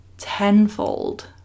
tenfold